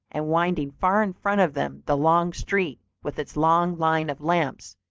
and winding far in front of them the long street with its long lines of lamps,